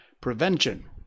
Prevention